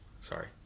sorry